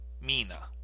Mina